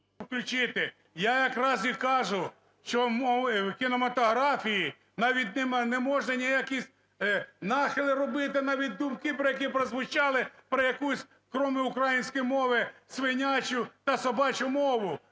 Я якраз і кажу, що в кінематографії навіть не можна ніякий нахил робити, навіть думки, які прозвучали, про якусь, крім української мови, свинячу та собачу мову,